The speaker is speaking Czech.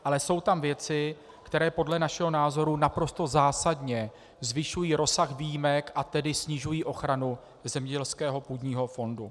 Ale jsou tam věci, které podle našeho názoru naprosto zásadně zvyšují rozsah výjimek, a tedy snižují ochranu zemědělského půdního fondu.